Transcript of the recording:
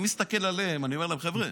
אני מסתכל עליהם ואומר להם: חבר'ה,